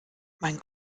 mein